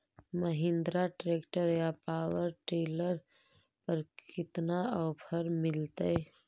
Mahindra tractor या power dealer पर कितना ओफर मीलेतय?